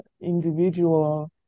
individual